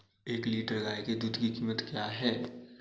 एक लीटर गाय के दूध की कीमत क्या है?